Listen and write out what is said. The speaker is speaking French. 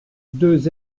deux